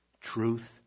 truth